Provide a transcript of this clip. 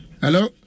Hello